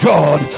God